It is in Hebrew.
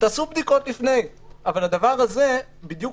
תעשו בדיקות לפני," אבל החתונה הזאת